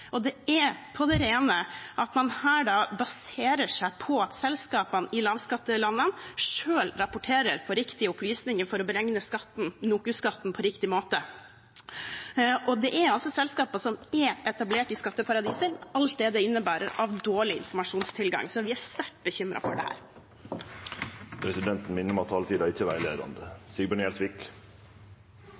Det er på det rene at man her baserer seg på at selskapene i lavskattelandene selv rapporterer på riktige opplysninger for å beregne NOKUS-skatten på riktig måte. Det er selskaper som er etablert i skatteparadiser , med alt det det innebærer av dårlig informasjonstilgang, så vi er sterkt bekymret for dette. Presidenten minner om at taletida